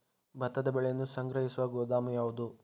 ಭತ್ತದ ಬೆಳೆಯನ್ನು ಸಂಗ್ರಹಿಸುವ ಗೋದಾಮು ಯಾವದು?